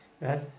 Right